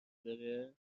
بره